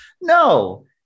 No